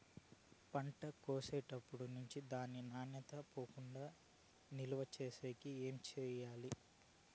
పంట కోసేటప్పటినుండి దాని నాణ్యత పోకుండా నిలువ సేసేకి ఏమేమి చేయాలి?